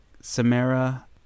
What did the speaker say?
Samara